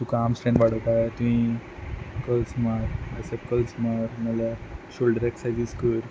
तुका arm strength वाडोवपाक जाय तुंयें कर्ल्स मार बायसॅप कर्ल्स मार नाल्या शोल्डर एक्सर्सायजीस कर